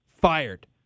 fired